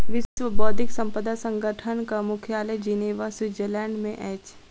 विश्व बौद्धिक संपदा संगठनक मुख्यालय जिनेवा, स्विट्ज़रलैंड में अछि